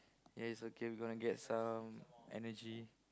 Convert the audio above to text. ya it's okay we're gonna get some energy